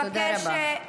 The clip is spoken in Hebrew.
תודה רבה.